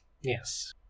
Yes